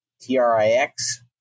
T-R-I-X